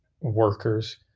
workers